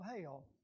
hell